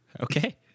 Okay